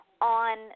on